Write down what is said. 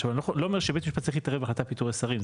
עכשיו אני לא אומר שבית משפט להתערב בהחלטה פיטורי שרים,